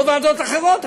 כמו ועדות אחרות,